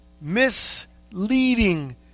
misleading